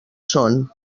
són